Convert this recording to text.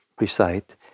recite